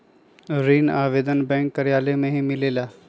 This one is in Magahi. ऋण आवेदन बैंक कार्यालय मे ही मिलेला?